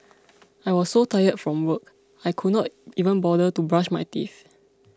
I was so tired from work I could not even bother to brush my teeth